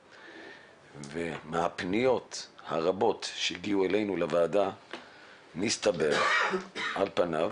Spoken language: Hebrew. ומהפניות הרבות שהגיעו לוועדה מסתבר על פניו,